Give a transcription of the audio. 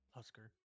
Husker